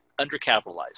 undercapitalized